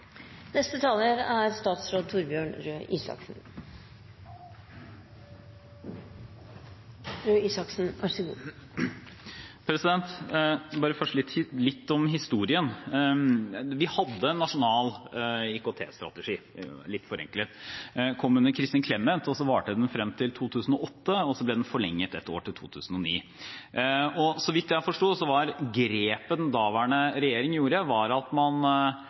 Først litt om historien. Vi hadde en nasjonal IKT-strategi, litt forenklet. Den kom under Kristin Clemet, den varte frem til 2008 og ble forlenget ett år, til 2009. Før man fikk denne strategien, hadde man en myriade av forskjellige strategier, så fikk man én nasjonal strategi på kunnskapsområdet, og grepet daværende regjering tok, var at man